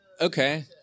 okay